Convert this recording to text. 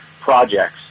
projects